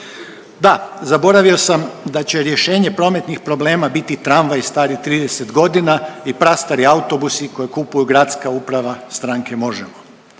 Da, zaboravio sam da će rješenje prometnih problema biti tramvaji stari 30 godina i prastari autobusi koje kupuje gradska uprava stranke Možemo!.